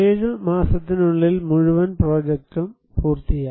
7 മാസത്തിനുള്ളിൽ മുഴുവൻ പ്രോജക്റ്റും പൂർത്തിയായി